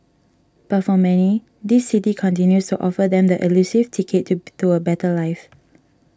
but for many this city continues to offer them the elusive ticket to a better life